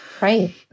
Right